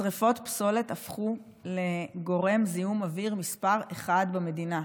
שרפות פסולת הפכו לגורם זיהום אוויר מס' 1 במדינה,